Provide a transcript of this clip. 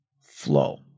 flow